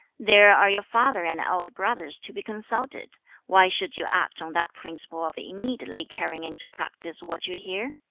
there are your father and elder brothers to be consulted why should you act on that principle of immediately carrying into practice what you hear